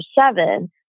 seven